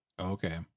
Okay